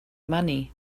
money